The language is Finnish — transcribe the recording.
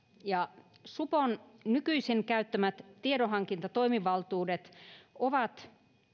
ja supon nykyisin käyttämät tiedonhankintatoimivaltuudet ovat